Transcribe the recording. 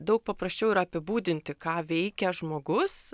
daug paprasčiau yra apibūdinti ką veikia žmogus